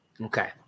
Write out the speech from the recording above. Okay